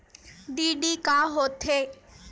DD का होथे?